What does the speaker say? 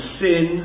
sin